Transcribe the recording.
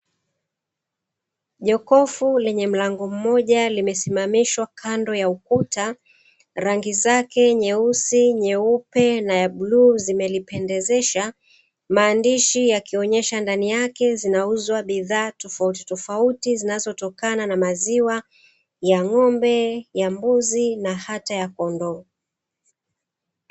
Jokofu lenye mlango mmoja, limesimamishwa kando ya ukuta, rangi zake nyeusi, nyeupe na bluu zimelipendezesha, maandishi yakionyesha ndani yake zinauzwa bidhaa tofauti tofauti zinazotiokana na maziwa ya ng'ombe, ya mbuzi na hata ya kondoo.